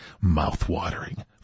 Mouth-watering